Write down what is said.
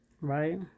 Right